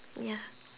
ya